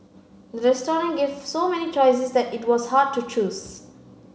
the restaurant gave so many choices that it was hard to choose